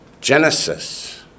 Genesis